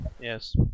Yes